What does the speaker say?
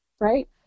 right